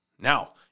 Now